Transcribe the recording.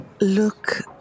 look